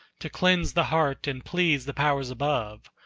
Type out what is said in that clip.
to cleanse the heart and please the powers above,